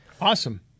Awesome